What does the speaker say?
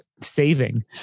saving